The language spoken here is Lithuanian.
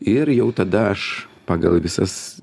ir jau tada aš pagal visas